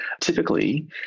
typically